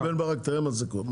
בן ברק, תראה מה קורה.